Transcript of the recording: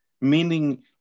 Meaning